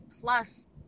plus